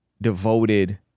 devoted